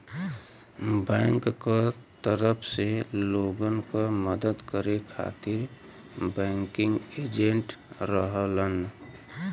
bank क तरफ से लोगन क मदद करे खातिर बैंकिंग एजेंट रहलन